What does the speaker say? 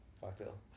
cocktail